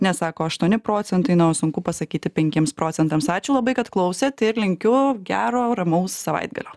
ne sako aštuoni procentai na o sunku pasakyti penkiems procentams ačiū labai kad klausėt ir ir linkiu gero ramaus savaitgalio